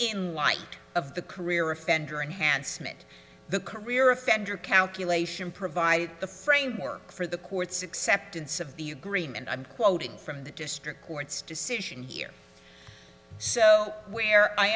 in light of the career offender enhanced meant the career offender calculation provided the framework for the court's acceptance of the agreement i'm quoting from the district court's decision here so where i